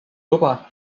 luba